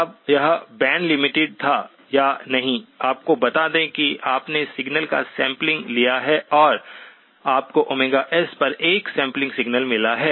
अब यह band limited था या नहीं आपको बता दें कि आपने सिग्नल का सैंपलिंग लिया है और आपको S पर एक सैंपलिंग सिग्नल मिला है